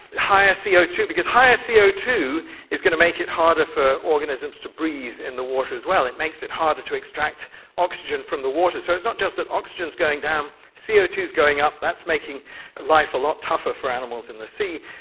higher c o two because higher c o two is going to make it harder for organisms to breathe in the water as well, it makes it harder to extract oxygen from the water. so it's not just that oxygen is going down, c o two is going up and that's making life a lot tougher for animals in the sea.